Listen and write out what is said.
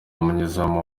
umunyezamu